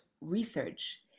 research